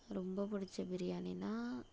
ரொம்ப பிடிச்ச பிரியாணினால்